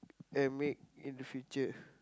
and make in the future